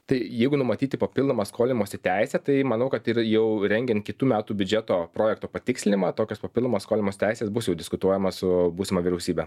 tai jeigu numatyti papildomą skolimosi teisę tai manau kad ir jau rengian kitų metų biudžeto projekto patikslimą tokios papildomos skolimos teisės bus jau diskutuojama su būsima vyriausybe